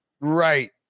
Right